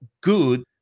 good